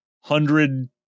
hundred